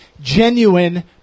genuine